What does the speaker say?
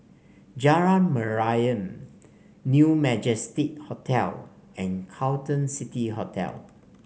Jalan Mariam New Majestic Hotel and Carlton City Hotel